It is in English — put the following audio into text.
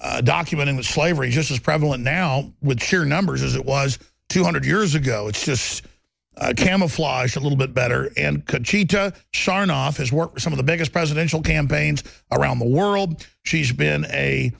documenting was slavery just as prevalent now with sheer numbers as it was two hundred years ago it's just camouflage a little bit better and could share an office work some of the biggest presidential campaigns around the world she's been a